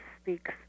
Speaks